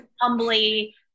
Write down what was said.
humbly